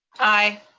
aye.